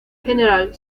general